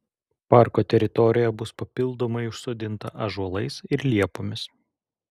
parko teritorija bus papildomai užsodinta ąžuolais ir liepomis